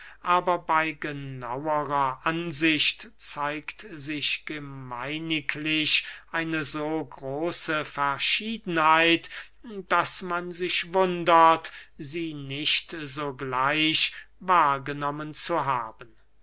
aber bey genauerer ansicht zeigt sich gemeiniglich eine so große verschiedenheit daß man sich wundert sie nicht sogleich wahrgenommen zu haben